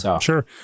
Sure